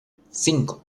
cinco